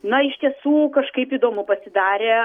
na iš tiesų kažkaip įdomu pasidarė